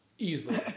Easily